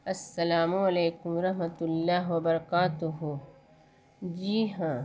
السّلام علیکم ورحمتہ اللّہ وبرکاتہ جی ہاں